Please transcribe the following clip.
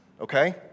okay